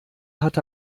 hat